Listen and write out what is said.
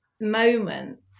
moment